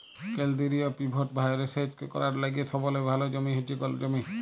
কেলদিরিয় পিভট ভাঁয়রে সেচ ক্যরার লাইগে সবলে ভাল জমি হছে গল জমি